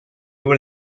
were